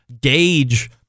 gauge